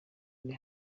ndi